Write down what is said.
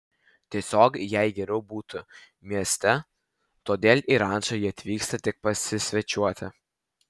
tiesiog jai geriau būti mieste todėl į rančą ji atvyksta tik pasisvečiuoti